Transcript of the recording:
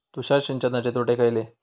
तुषार सिंचनाचे तोटे खयले?